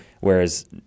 Whereas